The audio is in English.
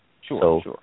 Sure